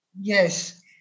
yes